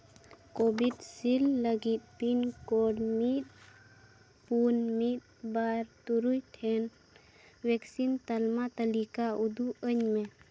covid shield ᱞᱟᱹᱜᱤᱫ pin code ᱢᱤᱫ ᱯᱩᱱ ᱢᱤᱫ ᱵᱟᱨ ᱛᱩᱨᱩᱭ ᱴᱷᱮᱱ ᱵᱷᱮᱠᱥᱤᱱ ᱛᱟᱞᱢᱟ ᱛᱟᱹᱞᱤᱠᱟ ᱩᱫᱩᱜ ᱟᱹᱧ ᱢᱮ